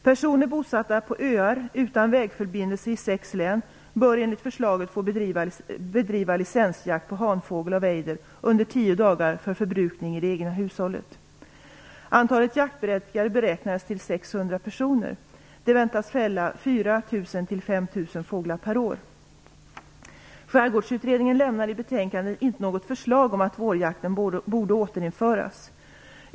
Personer bosatta på öar utan vägförbindelser i sex län bör enligt förslaget få bedriva licensjakt på hanfågel av ejder under tio dagar för förbrukning i det egna hushållet. Antalet jaktberättigade beräknas till ca 600 personer. De väntas fälla 4 000-5 000 Skärgårdsutredningen lämnade i betänkandet inte något förslag om att vårjakten borde återinföras.